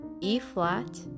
E-Flat